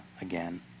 again